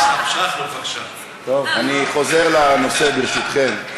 אני חוזר לנושא, ברשותכם.